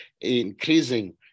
increasing